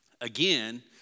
Again